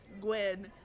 Gwen